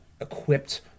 equipped